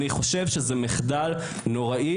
אני חושב שזה מחדל נוראי,